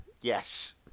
Yes